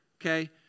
okay